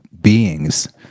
beings